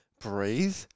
breathe